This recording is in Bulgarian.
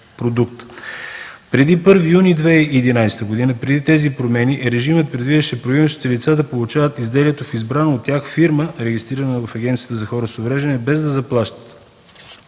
Преди 1 юни 2011 г., преди тези промени, режимът предвиждаше правоимащите лица да получават изделията в избрана от тях фирма, регистрирана в Агенцията за хора с увреждания, без да заплащат.